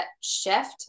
shift